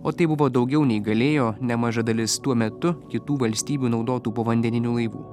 o tai buvo daugiau nei galėjo nemaža dalis tuo metu kitų valstybių naudotų povandeninių laivų